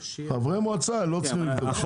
חברי מועצה לא צריכים לבדוק כשירות.